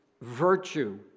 virtue